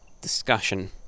discussion